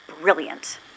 brilliant